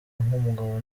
nk’umugabo